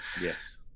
Yes